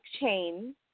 Chain